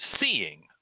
seeing